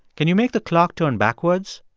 can you make the clock turn backwards?